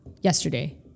yesterday